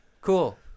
Cool